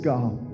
God